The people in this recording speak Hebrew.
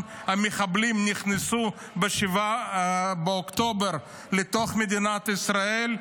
המחבלים נכנסו ב-7 באוקטובר לתוך מדינת ישראל,